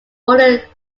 ordered